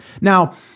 Now